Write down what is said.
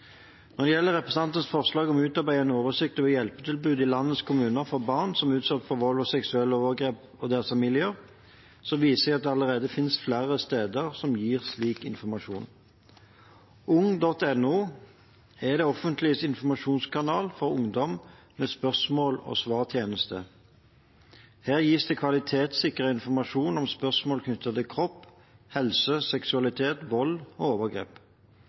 utarbeide en oversikt over hjelpetilbud i landets kommuner for barn som er utsatt for vold og seksuelle overgrep, og deres familier, viser jeg til at det allerede finnes flere steder som gir slik informasjon. Ung.no er det offentliges informasjonskanal for ungdom med en spørsmål-og-svar-tjeneste. Her gis det kvalitetssikret informasjon om spørsmål knyttet til kropp, helse, seksualitet, vold og overgrep.